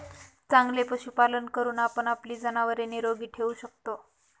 चांगले पशुपालन करून आपण आपली जनावरे निरोगी ठेवू शकतो